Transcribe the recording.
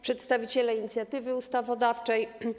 Przedstawiciele Inicjatywy Ustawodawczej!